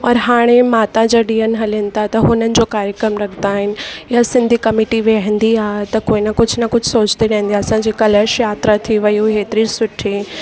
औरि हाणे माता जा ॾींहनि हलनि था त हुननि जो कार्यक्रम रखंदा आहिनि या सिंधी कमेटी विहंदी आहे त कोई न कुझ न कुझु सोचंदी रहंदी आहे असांजी कलश यात्रा थी वई हुई हेतरी सुठी